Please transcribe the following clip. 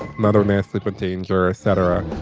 mother man libertines or ah cetera